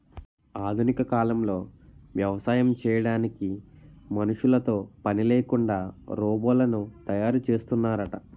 ఆధునిక కాలంలో వ్యవసాయం చేయడానికి మనుషులతో పనిలేకుండా రోబోలను తయారు చేస్తున్నారట